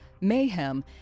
mayhem